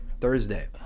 Thursday